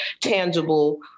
tangible